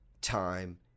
time